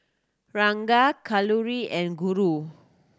Ranga Kalluri and Guru